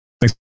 Thanks